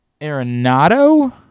Arenado